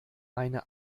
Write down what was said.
eine